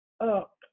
up